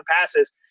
passes